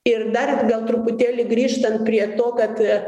ir dar gal truputėlį grįžtant prie to kad